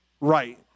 right